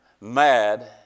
mad